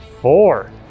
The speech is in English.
Four